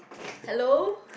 hello